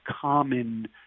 common